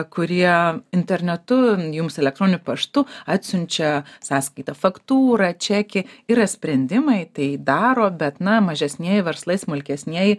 kurie internetu jums elektroniniu paštu atsiunčia sąskaitą faktūrą čekį yra sprendimai tai daro bet na mažesnieji verslai smulkesnieji